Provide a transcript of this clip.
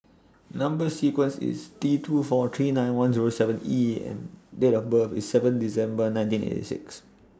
Number sequence IS T two four three nine one Zero seven E and Date of birth IS seven December nineteen eighty six